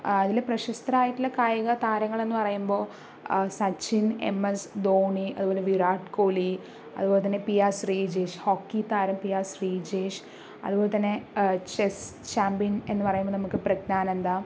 അതിൽ പ്രശസ്തരായിട്ടുള്ള കായികതാരങ്ങള് എന്ന് പറയുമ്പോൾ സച്ചിന് എം എസ് ധോണി അതുപോലെ വിരാട് കൊഹ്ലി അതുപോലെ തന്നെ പി ആര് ശ്രീജേഷ് ഹോക്കി താരം പി ആര് ശ്രീജേഷ് അതുപോലെ തന്നെ ചെസ്സ് ചാമ്പ്യന് എന്ന് പറയുമ്പോൾ നമുക്ക് പ്രഗ്നാനന്ദ